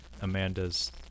Amanda's